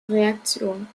reaktion